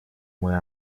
мой